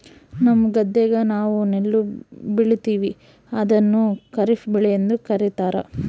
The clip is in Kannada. ನಮ್ಮ ಗದ್ದೆಗ ನಾವು ನೆಲ್ಲು ಬೆಳೀತೀವಿ, ಅದನ್ನು ಖಾರಿಫ್ ಬೆಳೆಯೆಂದು ಕರಿತಾರಾ